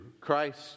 Christ